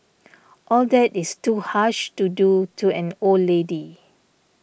all that is too harsh to do to an old lady